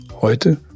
Heute